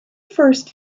first